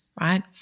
right